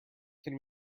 can